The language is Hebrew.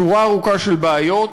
שורה ארוכה של בעיות.